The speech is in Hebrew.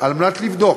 לבדוק